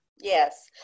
yes